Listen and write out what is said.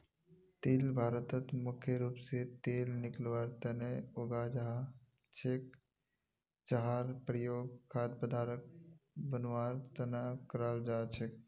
तिल भारतत मुख्य रूप स तेल निकलवार तना उगाल जा छेक जहार प्रयोग खाद्य पदार्थक बनवार तना कराल जा छेक